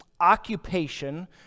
occupation